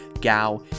Gao